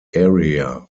area